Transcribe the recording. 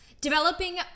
Developing